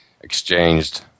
exchanged